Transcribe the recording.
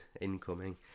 incoming